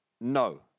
No